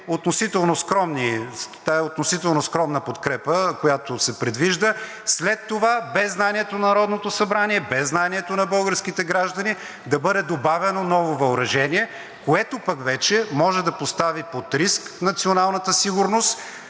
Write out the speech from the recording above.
относително скромна подкрепа, която се предвижда, след това, без знанието на Народното събрание, без знанието на българските граждани, да бъде добавено ново въоръжение, което пък вече може да постави под риск националната сигурност.